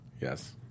Yes